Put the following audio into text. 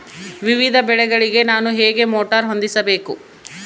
ವಿವಿಧ ಬೆಳೆಗಳಿಗೆ ನಾನು ಹೇಗೆ ಮೋಟಾರ್ ಹೊಂದಿಸಬೇಕು?